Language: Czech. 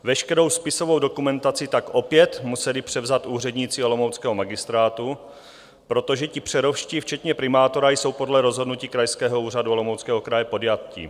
Veškerou spisovou dokumentaci tak opět museli převzít úředníci olomouckého magistrátu, protože ti přerovští, včetně primátora, jsou podle rozhodnutí Krajského úřadu Olomouckého kraje podjatí.